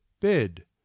bed